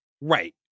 Right